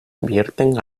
vierten